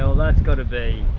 ah that's gotta be,